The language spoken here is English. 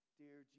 dear